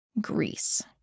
Greece